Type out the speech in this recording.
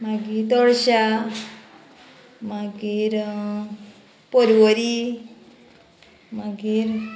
मागीर दडशा मागीर परवरी मागीर